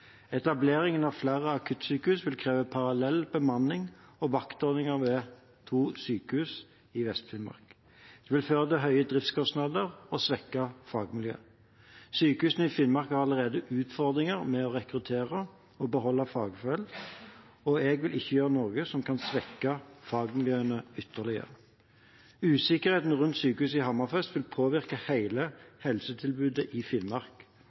Etableringen av flere akuttsykehus vil kreve parallell bemanning og vaktordninger ved to sykehus i Vest-Finnmark. Det vil føre til høye driftskostnader og svekke fagmiljøet. Sykehusene i Finnmark har allerede utfordringer med å rekruttere og beholde fagfolk, og jeg vil ikke gjøre noe som kan svekke fagmiljøene ytterligere. Usikkerheten rundt sykehuset i Hammerfest vil påvirke hele helsetilbudet i Finnmark